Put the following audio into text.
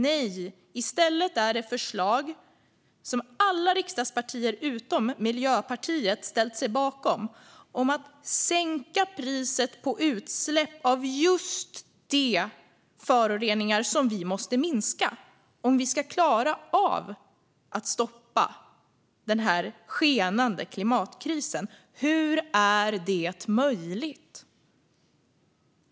Nej, i stället är det förslag, som alla riksdagspartier utom Miljöpartiet har ställt sig bakom, om att sänka priset på utsläpp av just de föroreningar som vi måste minska om vi ska klara av att stoppa denna skenande klimatkris. Hur är det möjligt?